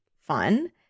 fun